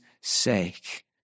sake